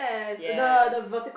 yes